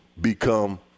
become